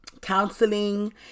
Counseling